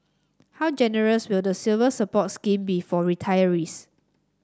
how generous will the Silver Support scheme be for retirees